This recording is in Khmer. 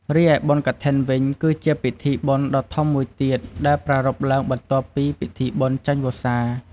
រីឯ បុណ្យកឋិន វិញ គឺជាពិធីបុណ្យដ៏ធំមួយទៀត ដែលប្រារព្ធឡើងបន្ទាប់ពីពិធីបុណ្យចេញវស្សា។